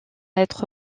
être